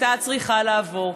הייתה צריכה לעבור.